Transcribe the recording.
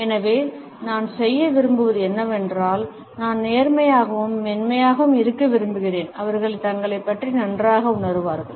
எனவே நான் செய்ய விரும்புவது என்னவென்றால் நான் நேர்மையாகவும் மென்மையாகவும் இருக்க விரும்புகிறேன் அவர்கள் தங்களைப் பற்றி நன்றாக உணருவார்கள்